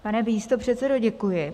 Pane místopředsedo, děkuji.